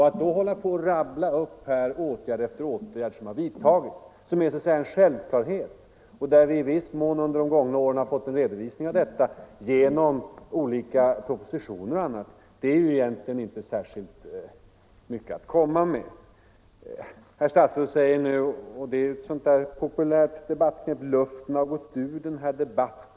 Att då bara rabbla upp åtgärd efter åtgärd som har vidtagits — åtgärder som är en självklarhet och som vi i viss mån under de gångna åren har fått en redovisning för genom olika propositioner och annat — är egentligen inte särskilt mycket att komma med. Herr statsrådet säger nu — och det är ett sådant där populärt debattknep —- att luften har gått ur denna debatt.